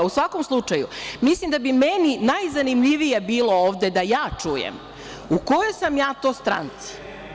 U svakom slučaju, mislim da bi meni najzanimljivije bilo ovde da ja čujem u kojoj sam ja to stranci.